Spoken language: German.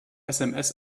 sms